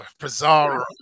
Pizarro